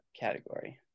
Category